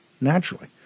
naturally